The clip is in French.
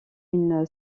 une